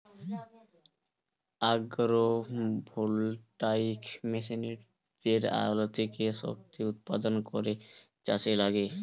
agro voltaic মেশিনে সূর্যের আলো থেকে শক্তি উৎপাদন করে চাষে লাগে